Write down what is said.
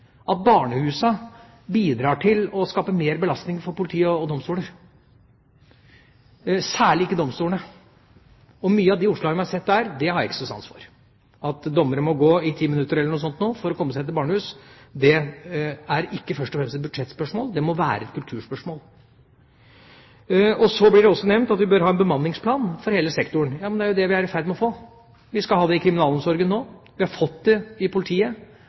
at barnehusene bidrar til å skape mer belastning for politi og domstoler, særlig ikke domstolene. Og mye av de oppslagene man har sett der, har jeg ikke så sans for. At dommere må gå i 10 minutter eller noe sånt for å komme seg til barnehus, er ikke først og fremst et budsjettspørsmål, det må være et kulturspørsmål. Så blir det også nevnt at vi bør ha en bemanningsplan for hele sektoren. Ja, men det er jo det vi er i ferd med å få. Vi skal ha det i kriminalomsorgen nå, vi har fått det i politiet,